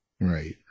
Right